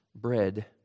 bread